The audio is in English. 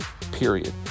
period